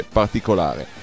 particolare